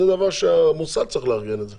זה דבר שהמוסד צריך לארגן את זה,